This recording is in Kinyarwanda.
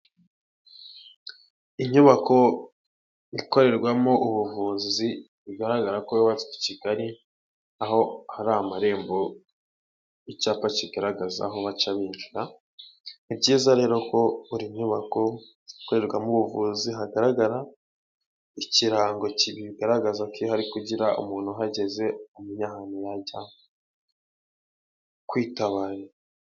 Inyubako ikorerwamo ubuvuzi, bigaragara ko yubatse i Kigali, aho hari amarembo y'icyapa kigaragaza aho baca binjira, ni byiza rero ko buri nyubako zikorerwamo ubuvuzi hagaragara ikirango kibigaragaza ko hari kugira umuntu uhageze umenye ahantu yajya kwitabarira.